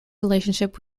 relationship